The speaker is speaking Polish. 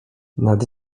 nad